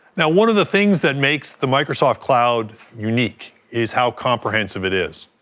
now, one of the things that makes the microsoft cloud unique is how comprehensive it is.